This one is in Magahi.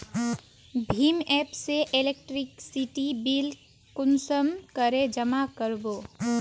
भीम एप से इलेक्ट्रिसिटी बिल कुंसम करे जमा कर बो?